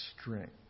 strength